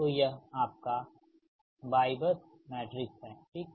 तो यह आपका Y बस मैट्रिक्स है ठीक